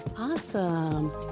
awesome